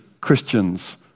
Christians